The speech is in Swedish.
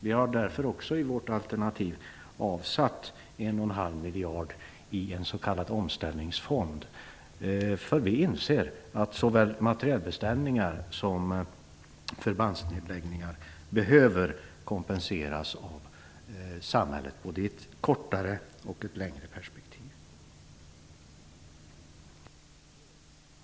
Vi har därför i vårt alternativ avsatt 1,5 miljarder i en s.k. omställningsfond. Vi inser att såväl materielbeställningar som förbandsnedläggningar behöver kompenseras av samhället både i ett kortare och i ett längre perspektiv.